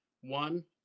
one